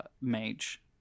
mage